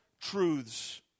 truths